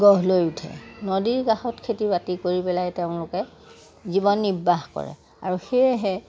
গঢ় লৈ উঠে নদীৰ কাষত খেতি বাতি কৰি পেলাই তেওঁলোকে জীৱন নিৰ্বাহ কৰে আৰু সেয়েহে